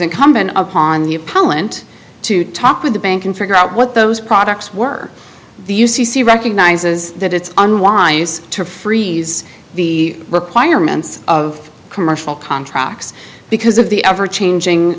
incumbent upon the appellant to talk with the bank and figure out what those products were the u c c recognizes that it's unwise to freeze the requirements of commercial contracts because of the ever changing